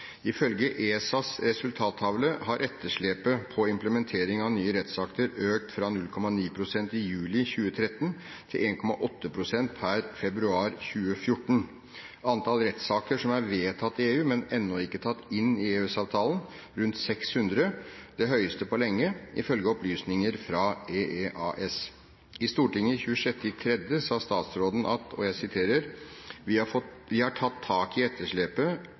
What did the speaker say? i juli 2013 til 1,8 pst. per februar 2014. Antall rettsakter som er vedtatt i EU, men ennå ikke tatt inn i EØS-avtalen, rundt 600, er det høyeste på lenge, ifølge opplysninger fra EEAS. I Stortinget 26. mars sa statsråden at vi har «tatt tak i etterslepet